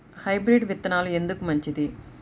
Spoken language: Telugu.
హైబ్రిడ్ విత్తనాలు ఎందుకు మంచిది?